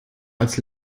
als